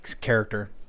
character